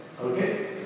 Okay